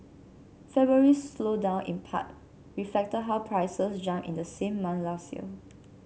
February's slowdown in part reflected how prices jumped in the same month last year